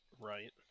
right